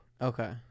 Okay